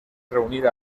reunir